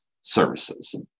services